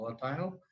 volatile